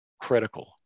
critical